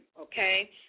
okay